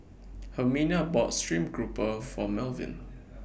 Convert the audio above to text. Herminia bought Stream Grouper For Melvyn